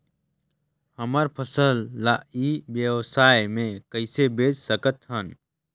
हमर फसल ल ई व्यवसाय मे कइसे बेच सकत हन?